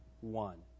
one